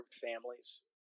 families